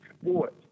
sports